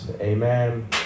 Amen